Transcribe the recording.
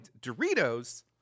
Doritos